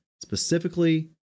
specifically